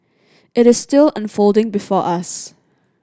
it is still unfolding before us